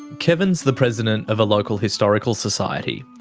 kevin is the president of a local historical society.